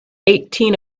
eighteen